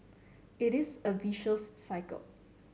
it is a vicious cycle